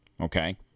Okay